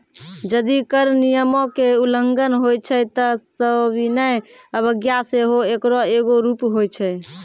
जदि कर नियमो के उल्लंघन होय छै त सविनय अवज्ञा सेहो एकरो एगो रूप होय छै